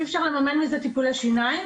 אי אפשר לממן בזה טיפול שיניים,